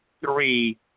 three